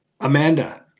Amanda